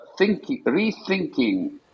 rethinking